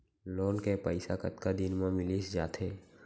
Loan के पइसा कतका दिन मा मिलिस जाथे?